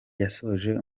yasoje